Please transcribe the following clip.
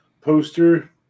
poster